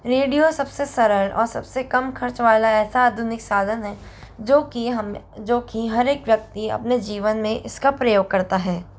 radio सबसे सरल और सबसे कम खर्च वाला ऐसा आधुनिक साधन है जो कि हमें जो कि हर एक व्यक्ति अपने जीवन में इसका प्रयोग करता है